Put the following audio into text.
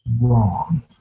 wrong